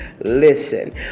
Listen